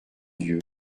dieu